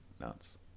Nuts